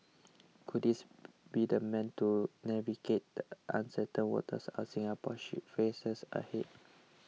could this be the man to navigate the uncertain waters our Singapore ship faces ahead